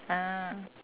ah